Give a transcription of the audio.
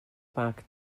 bag